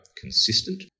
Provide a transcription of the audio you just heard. consistent